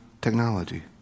technology